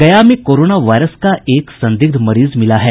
गया में corona virus का एक संदिग्ध मरीज मिला है